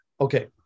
Okay